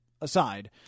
aside